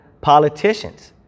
politicians